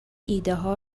ایدهها